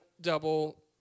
double